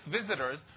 Visitors